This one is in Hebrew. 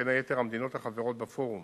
בין יתר המדינות החברות בפורום